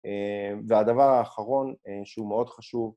והדבר האחרון שהוא מאוד חשוב